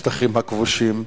לשטחים הכבושים.